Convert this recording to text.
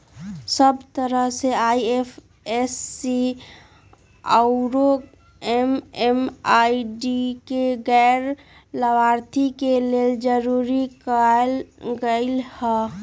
सब तरह से आई.एफ.एस.सी आउरो एम.एम.आई.डी के गैर लाभार्थी के लेल जरूरी कएल गेलई ह